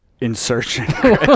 insertion